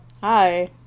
Hi